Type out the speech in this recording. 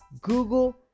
Google